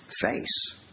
face